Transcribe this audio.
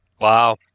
Wow